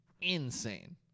insane